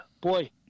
boy